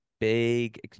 big